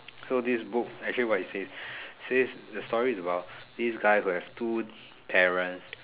so this book actually what it says it says the story is about this guy who have two parents